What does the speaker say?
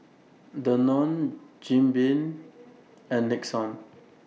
Danone Jim Beam and Nixon